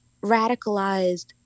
radicalized